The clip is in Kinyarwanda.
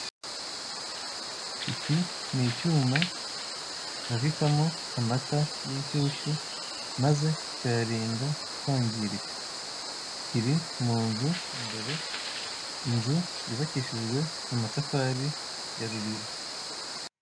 Iki ni icyuma babikamo amata y'inshyushyu maze kikayarinda kwangirika. Kiri mu nzu imbere, inzu yubakishijwe amatafari ya ruliba.